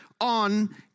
on